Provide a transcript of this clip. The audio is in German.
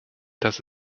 dass